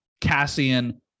Cassian